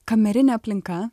kamerinė aplinka